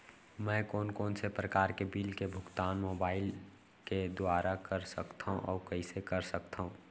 मैं कोन कोन से प्रकार के बिल के भुगतान मोबाईल के दुवारा कर सकथव अऊ कइसे कर सकथव?